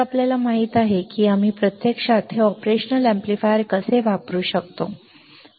तर आपल्याला माहित आहे की आम्ही प्रत्यक्षात हे ऑपरेशनल एम्पलीफायर कसे वापरू शकतो ठीक आहे